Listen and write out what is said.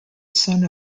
son